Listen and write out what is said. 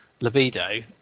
libido